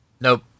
Nope